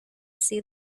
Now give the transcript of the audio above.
see